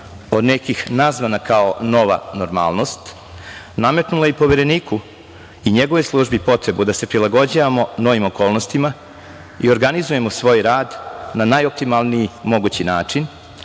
od nekih nazvana kao "nova normalnost" nametnula je i Povereniku i njegovoj službi potrebu da se prilagođavamo novim okolnostima i organizujemo svoj rad na najoptimalniji mogući način,